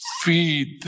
Feed